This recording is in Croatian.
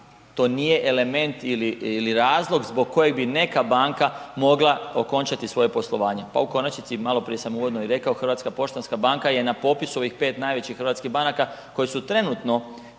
to nije element ili razlog zbog kojeg bi neka banka mogla okončati svoje poslovanje. Pa u konačnici maloprije sam uvodno i rekao HPB je na popisu ovih najvećih hrvatskih banaka koje su trenutno